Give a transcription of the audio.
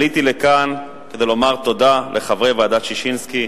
עליתי לכאן כדי לומר תודה לחברי ועדת-ששינסקי,